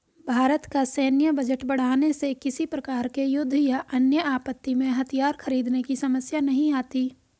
भारत का सैन्य बजट बढ़ाने से किसी प्रकार के युद्ध या अन्य आपत्ति में हथियार खरीदने की समस्या नहीं आती